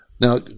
Now